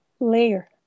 layer